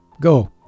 Go